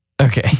okay